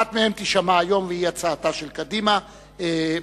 אחת מהן תישמע היום והיא הצעתה של קדימה בנושא: